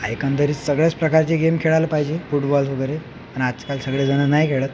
एकंदरीत सगळ्याच प्रकारचे गेम खेळायला पाहिजे फुटबॉल वगैरे पण आजकाल सगळेजणं नाही खेळत